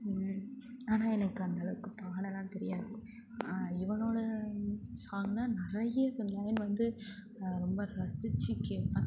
ஆனால் எனக்கு அந்தளவுக்கு பாடலாம் தெரியாது யுவனோட சாங்குனா நிறைய இப்போ லைன் வந்து ரொம்ப ரசித்து கேட்பேன்